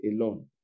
alone